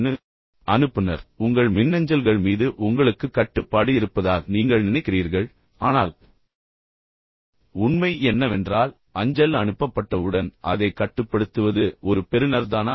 வழக்கமாக நீங்கள் அனுப்புநர் உங்கள் மின்னஞ்சல்கள் மீது உங்களுக்கு கட்டுப்பாடு இருப்பதாக நீங்கள் நினைக்கிறீர்கள் ஆனால் உண்மை என்னவென்றால் அஞ்சல் அனுப்பப்பட்டவுடன் அதை கட்டுப்படுத்துவது ஒரு பெறுநர்தானா